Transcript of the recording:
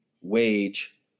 wage